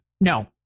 No